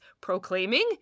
proclaiming